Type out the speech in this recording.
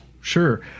sure